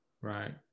right